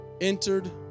Entered